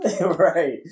Right